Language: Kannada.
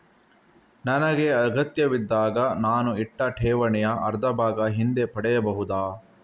ನನಗೆ ಅಗತ್ಯವಿದ್ದಾಗ ನಾನು ಇಟ್ಟ ಠೇವಣಿಯ ಅರ್ಧಭಾಗ ಹಿಂದೆ ಪಡೆಯಬಹುದಾ?